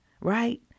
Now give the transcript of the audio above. right